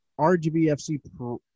RGBFC